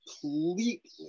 completely